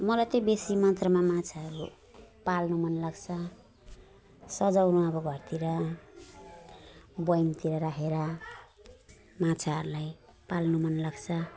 मलाई चाहिँ बेसी मात्रामा माछाहरू पाल्नु मन लाग्छ सजाउनु अब घरतिर बयमतिर राखेर माछाहरूलाई पाल्नु मन लाग्छ